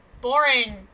Boring